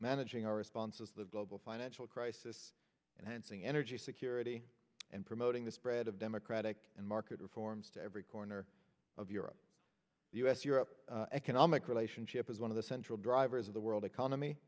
managing our responses the global financial crisis and hansing energy security and promoting the spread of democratic and market reforms to every corner of europe the us europe economic relationship is one of the central drivers of the world economy